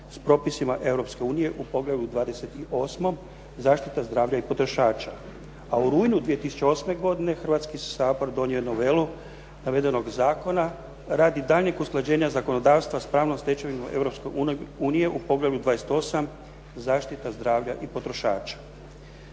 Europske unije u Poglavlju 28. Zaštita zdravlja i potrošača. A u rujnu 2008. godine Hrvatski sabor donio je novelu navedenog zakona radi daljnjeg usklađenja zakonodavstva sa pravnom stečevinom Europske unije u Poglavlju 28. Zaštita zdravlja i potrošača.